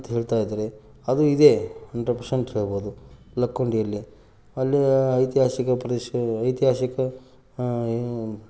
ಅಂತ್ಹೇಳ್ತಾ ಇದ್ದಾರೆ ಅದು ಇದೆ ಹಂಡ್ರೆಡ್ ಪರ್ಸೆಂಟ್ ಹೇಳ್ಬೋದು ಲಕ್ಕುಂಡಿಯಲ್ಲಿ ಅಲ್ಲಿ ಐತಿಹಾಸಿಕ ಪ್ರದೇಶ ಐತಿಹಾಸಿಕ